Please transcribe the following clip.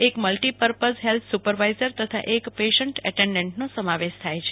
એક multi purpose health supervisor તથા એક પેસન્ટ એટેન્ડટનો સમાવેશ થાય છે